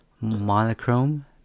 monochrome